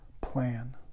plan